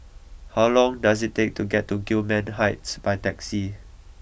how long does it take to get to Gillman Heights by taxi